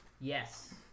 Yes